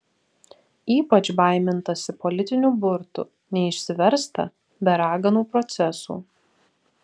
ypač baimintasi politinių burtų neišsiversta be raganų procesų